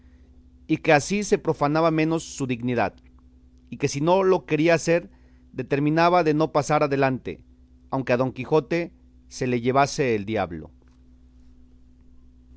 y que así se profanaba menos su dignidad y que si no lo quería hacer determinaba de no pasar adelante aunque a don quijote se le llevase el diablo